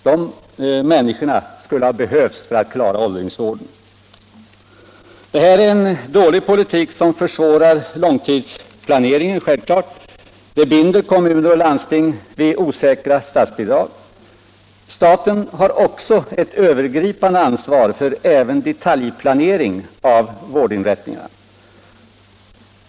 De människorna skulle ha behövts för att klara åldringsvården. Detta är en dålig politik som försvårar långtidsplaneringen. Den binder kommuner och landsting vid osäkra statsbidrag. Staten har ett övergripande ansvar även för detaljplaneringen av vårdinrättningarna.